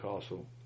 castle